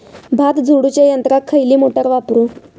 भात झोडूच्या यंत्राक खयली मोटार वापरू?